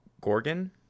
gorgon